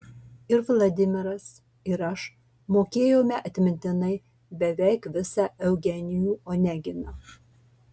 ir vladimiras ir aš mokėjome atmintinai beveik visą eugenijų oneginą